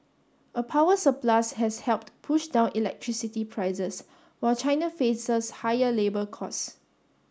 a power surplus has helped push down electricity prices while China faces higher labour cost